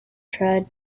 tried